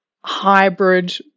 hybrid